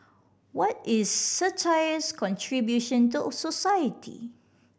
what is satire's contribution to society